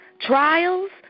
trials